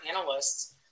analysts